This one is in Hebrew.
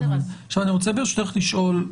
אני רוצה, ברשותך, לשאול,